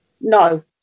No